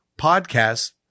podcast